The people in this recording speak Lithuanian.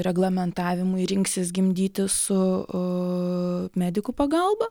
reglamentavimui rinksis gimdyti su aaa medikų pagalba